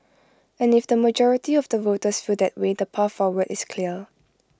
and if the majority of the voters feel that way the path forward is clear